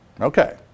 Okay